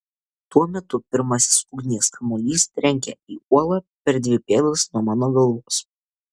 tuo metu pirmasis ugnies kamuolys trenkia į uolą per dvi pėdas nuo mano galvos